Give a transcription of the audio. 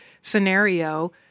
scenario